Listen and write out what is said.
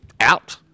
out